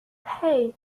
hey